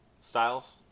Styles